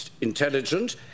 intelligent